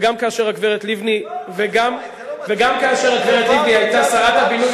וגם כאשר הגברת לבני היתה שרת הבינוי,